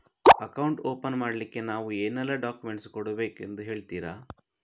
Account open ಮಾಡ್ಲಿಕ್ಕೆ ನಾವು ಏನೆಲ್ಲ ಡಾಕ್ಯುಮೆಂಟ್ ಕೊಡಬೇಕೆಂದು ಹೇಳ್ತಿರಾ?